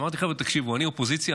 אמרתי: חבר'ה, תקשיבו, אני אופוזיציה,